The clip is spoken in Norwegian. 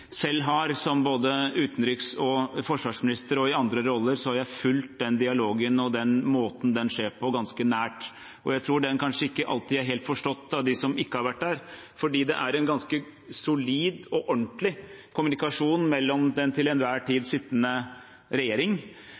selv har. Som både utenriks- og forsvarsminister og i andre roller har jeg fulgt den dialogen og måten den skjer på, ganske nært. Jeg tror kanskje ikke den alltid er helt forstått av dem som ikke har vært der. For det er en ganske solid og ordentlig kommunikasjon mellom den til enhver tid sittende regjering